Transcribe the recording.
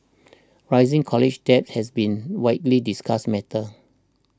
rising college debt has been widely discussed matter